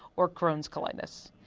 or crohns colitis.